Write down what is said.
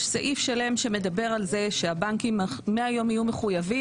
בנושא העמלות יש סעיף שלם שמדבר על זה שהבנקים מהיום יהיו מחויבים